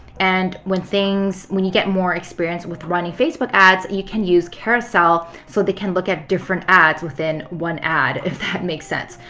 and when things, when you get more experience with running facebook ads, you can use carousel so they can look at different ads within one ad, if that makes sense.